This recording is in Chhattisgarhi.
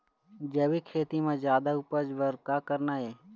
जैविक खेती म जादा उपज बर का करना ये?